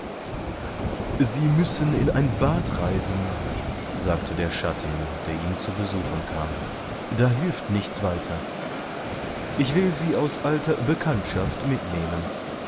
sie müssen in ein bad reisen sagte der schatten der ihn zu besuchen kam da hilft nichts weiter ich will sie aus alter bekanntschaft mitnehmen